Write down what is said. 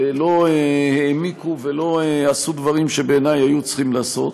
ולא העמיקו ולא עשו דברים שבעיני היו צריכים לעשות,